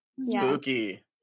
spooky